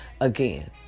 again